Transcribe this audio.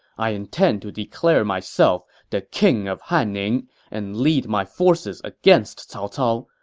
i intend to declare myself the king of hanning and lead my forces against cao cao.